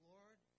Lord